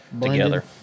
together